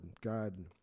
God